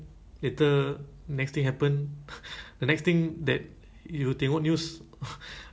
but but how they control right they said they got crowd control right that means people cannot go in if too many right